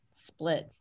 splits